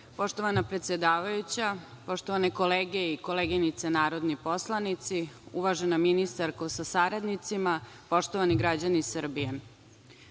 predsedavajuća, poštovane kolege i koleginice narodni poslanici, uvažena ministarko sa saradnicima, poštovani građani Srbije,